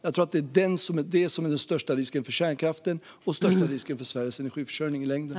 Jag tror att det är den största risken för kärnkraften och för Sveriges energiförsörjning i längden.